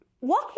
Walk